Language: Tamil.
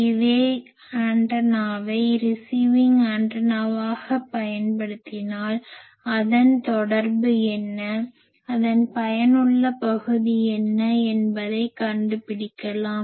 இதே ஆண்டனாவை ரிசிவிங் ஆண்டனாவாக பயன்படுத்தினால் அதன் தொடர்பு என்ன அதன் பயனுள்ள பகுதி என்ன என்பதை கண்டு பிடிக்கலாம்